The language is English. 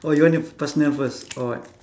or you want the personal first or what